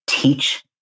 teach